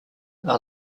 are